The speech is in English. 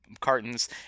cartons